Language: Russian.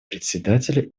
председателя